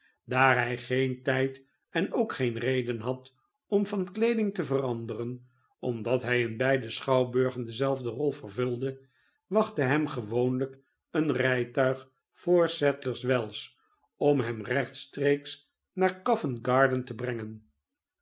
daar hij geen tijd en ook geene reden had om van kleeding te veranderen omdat hij in beide schouwburgen dezelfde rol vervulde wachtte hem gewoonlijk een rijtuig voor sadlerswells om hem rechtstreeks naar co vent garden te brengen